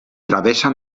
travessa